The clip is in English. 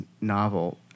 novel